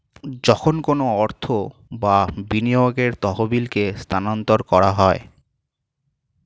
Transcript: যখন কোনো অর্থ বা বিনিয়োগের তহবিলকে স্থানান্তর করা হয়